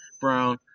Brown